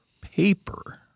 paper